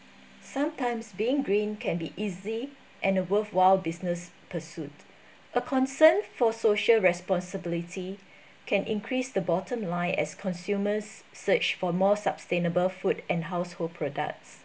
sometimes being green can be easy and worthwhile business pursuit a concern for social responsibility can increase the bottom line as consumers search for more sustainable food and household products